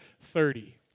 thirty